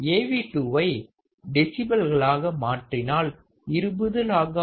Av2 ஐ டெசிபல்கள் ஆக மாற்றினால் 20 log 4